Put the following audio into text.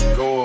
go